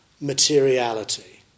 materiality